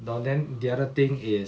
but then the other thing is